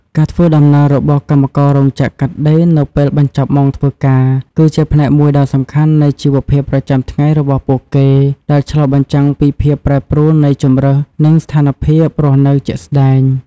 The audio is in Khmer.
ការធ្វើដំណើររបស់កម្មកររោងចក្រកាត់ដេរនៅពេលបញ្ចប់ម៉ោងធ្វើការគឺជាផ្នែកមួយដ៏សំខាន់នៃជីវភាពប្រចាំថ្ងៃរបស់ពួកគេដែលឆ្លុះបញ្ចាំងពីភាពប្រែប្រួលនៃជម្រើសនិងស្ថានភាពរស់នៅជាក់ស្តែង។